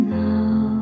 now